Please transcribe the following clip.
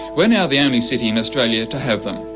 we're now the only city in australia to have them,